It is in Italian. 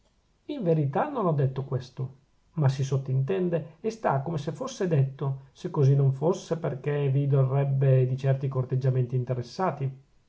in verità non ho detto questo ma si sottintende e sta come se fosse detto se così non fosse perchè vi dorrebbe di certi corteggiamenti interessati